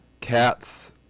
cats